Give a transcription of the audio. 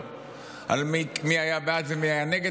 חמאס, נכס.